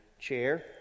chair